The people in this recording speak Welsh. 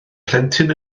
plentyn